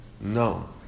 No